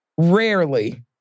rarely